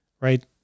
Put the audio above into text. Right